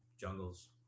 jungles